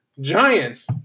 Giants